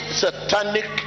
satanic